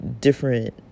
different